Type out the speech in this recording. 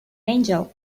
angel